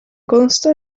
consta